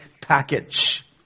package